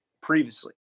previously